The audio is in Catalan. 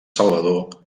salvador